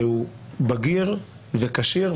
שהוא בגיר וכשיר,